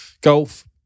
golf